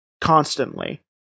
constantly